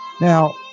Now